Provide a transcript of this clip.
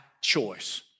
choice